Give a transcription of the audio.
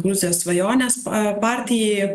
gruzijos svajonės partijai